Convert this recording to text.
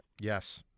Yes